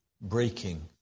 breaking